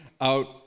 out